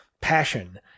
passion